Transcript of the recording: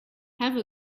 have